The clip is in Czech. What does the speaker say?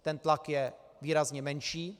Ten tlak je výrazně menší.